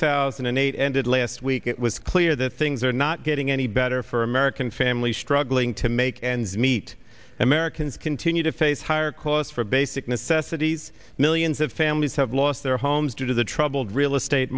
thousand and eight ended last week it was clear that things are not getting any better for american families struggling to make ends meet americans continue to face higher costs for basic necessities millions of families have lost their homes due to the troubled real estate